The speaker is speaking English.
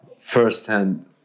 first-hand